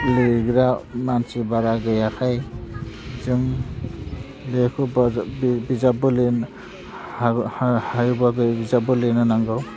लिरग्रा मानसि बारा गैयाखाय जों बेखौ बाजा बि बिजाब्बो लिरनो हा हा हायोबा बे बिजाब्बो लिरनो नांगौ